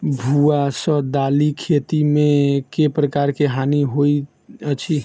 भुआ सँ दालि खेती मे केँ प्रकार केँ हानि होइ अछि?